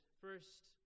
First